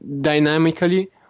dynamically